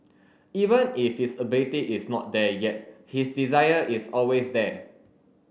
even if his ability is not there yet his desire is always there